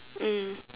mm